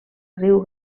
riu